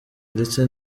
ndetse